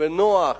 ונוח